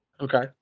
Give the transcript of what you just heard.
Okay